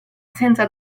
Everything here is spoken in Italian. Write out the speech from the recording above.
senza